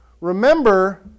Remember